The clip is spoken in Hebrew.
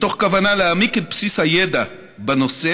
מתוך כוונה להעמיק את בסיס הידע בנושא,